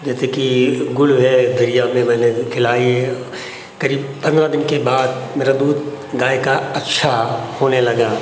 जैसे कि गुड़ है खिलाई करीब पन्द्रह दिन के बाद मेरा दूध गाय का अच्छा होने लगा